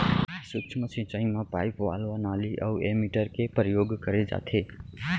सूक्ष्म सिंचई म पाइप, वाल्व, नाली अउ एमीटर के परयोग करे जाथे